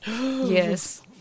Yes